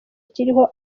kiriho